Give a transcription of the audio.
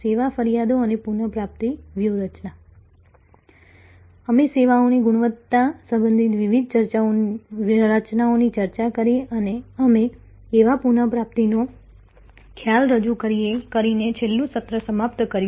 સેવા ફરિયાદો અને પુનઃપ્રાપ્તિ વ્યૂહરચના અમે સેવાઓની ગુણવત્તા સંબંધિત વિવિધ રચનાઓની ચર્ચા કરી અને અમે સેવા પુનઃપ્રાપ્તિનો ખ્યાલ રજૂ કરીને છેલ્લું સત્ર સમાપ્ત કર્યું